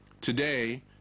Today